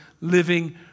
living